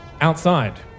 Outside